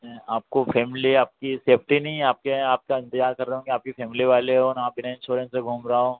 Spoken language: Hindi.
हैं आपको फैमिली आपकी सेफ्टी नहीं है आपके आपका इंतजार कर रहे होंगे आपकी फैमिली वाले हो आप इन्हें छोड़े से घूम रहा हो